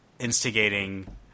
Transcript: instigating